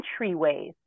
entryways